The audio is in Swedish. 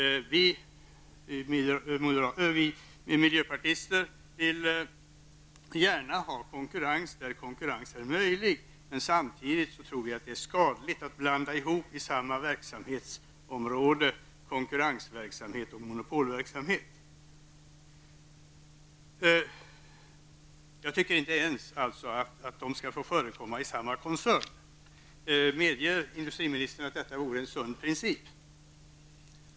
Vi miljöpartister vill gärna ha konkurrens där konkurrens är möjlig. Samtidigt tror vi att det är skadligt att blanda ihop konkurrensverksamhet och monopolverksamhet inom samma verksamhetsområde. Det borde inte ens få förekomma inom samma koncern. Medger industriministern att detta vore en sund princip?